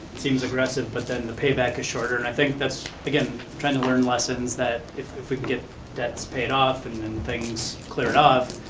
seems aggressive but then the payback is shorter and i think that's, again, trying to learn lessons that if we could get debts paid off and then things cleared off,